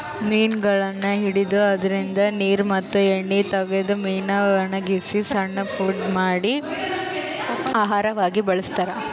ಮೀನಗೊಳನ್ನ್ ಹಿಡದು ಅದ್ರಿನ್ದ ನೀರ್ ಮತ್ತ್ ಎಣ್ಣಿ ತಗದು ಮೀನಾ ವಣಗಸಿ ಸಣ್ಣ್ ಪುಡಿ ಮಾಡಿ ಆಹಾರವಾಗ್ ಬಳಸ್ತಾರಾ